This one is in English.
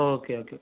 okay okay